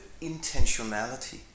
intentionality